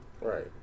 Right